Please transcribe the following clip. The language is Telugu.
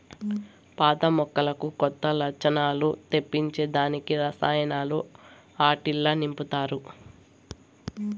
పాత మొక్కలకు కొత్త లచ్చణాలు తెప్పించే దానికి రసాయనాలు ఆట్టిల్ల నింపతారు